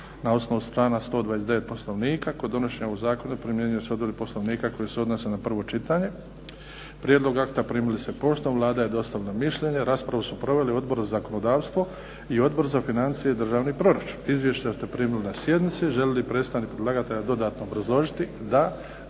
na osnovu člana 129. Poslovnika. Kod donošenja ovog zakona primjenjuju se odredbe Poslovnika koje se odnose na prvo čitanje. Prijedlog akta primili ste poštom. Vlada je dostavila mišljenje. Raspravu su proveli Odbor za zakonodavstvo i Odbor za financije i državni proračun. Izvješća ste primili na sjednici. Želi li predstavnik predlagatelja dodatno obrazložiti? Da.